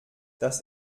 das